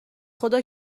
خدا